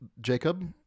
Jacob